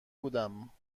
بودم